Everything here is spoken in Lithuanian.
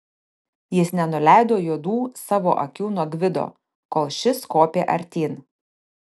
jis nenuleido juodų savo akių nuo gvido kol šis kopė artyn